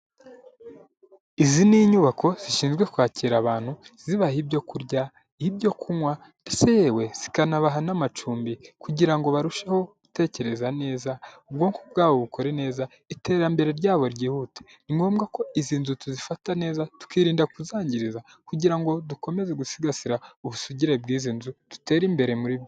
Izi ni inyubako zishinzwe kwakira abantu, zibaha ibyo kurya, ibyo kunywa ndetse yewe zikanabaha n'amacumbi kugira ngo barusheho gutekereza neza, ubwonko bwabo bukore neza iterambere ryabo ryihute, ni ngombwa ko izi nzu tuzifata neza, tukirinda kuzangiriza kugira ngo dukomeze gusigasira ubusugire bw'i nzu dutere imbere muri byose.